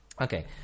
Okay